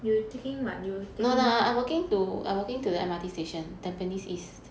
you are taking what you taking